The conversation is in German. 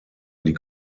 die